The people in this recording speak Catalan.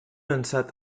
ansat